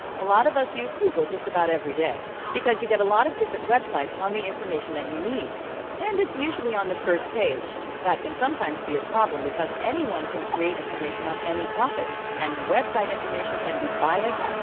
a lot of us use google just about every day because you get a lot of different websites on the information that you need and it's usually on the first page. that can sometimes be a problem because anyone can create information on any topic and website information can be biased,